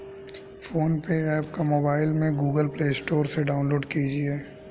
phone पे app को mobile में गूगल प्ले स्टोर से डाउनलोड कीजिए